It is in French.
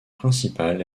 principale